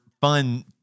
fun